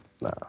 Nah